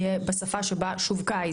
יהיו בשפה שבה העסקה שווקה.